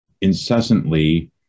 incessantly